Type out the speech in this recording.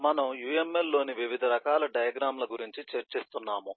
మనము UML లోని వివిధ రకాల డయాగ్రమ్ ల గురించి చర్చిస్తున్నాము